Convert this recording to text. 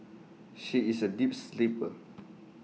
she is A deep sleeper